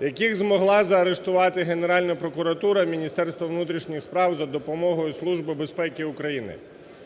яких змогла заарештувати Генеральна прокуратура, Міністерство внутрішніх справ за допомогою Служби безпеки України.